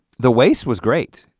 the waist was great.